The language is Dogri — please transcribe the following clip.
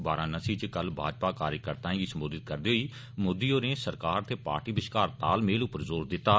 वाराणसी इच कल भाजपा कार्जकर्ताएं गी सम्बोधित करदे होई मोदी होरें सरकार ते पार्टी बश्कार तालमेल पर जोर दितता